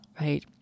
right